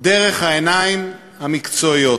בעיניים המקצועיות,